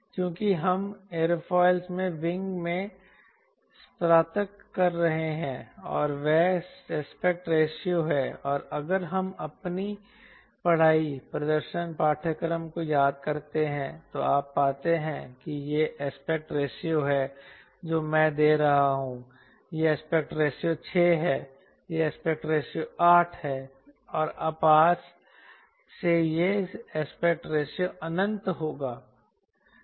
चूंकि हम एयरोफिल से विंग में स्नातक कर रहे हैं और वह एस्पेक्ट रेशियो है और अगर हम अपनी पढ़ाई प्रदर्शन पाठ्यक्रम को याद करते हैं तो आप पाते हैं कि यह एस्पेक्ट रेशियो है जो मैं दे रहा हूं यह एस्पेक्ट रेशियो 6 है यह एस्पेक्ट रेशियो 8 है और पास से यह एस्पेक्ट रेशियो अनंत होगा